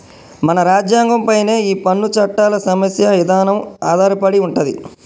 మన రాజ్యంగం పైనే ఈ పన్ను చట్టాల సమస్య ఇదానం ఆధారపడి ఉంటది